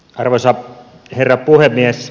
arvoisa herra puhemies